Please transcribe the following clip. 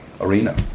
arena